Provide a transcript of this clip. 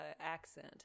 accent